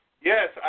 Yes